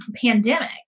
pandemic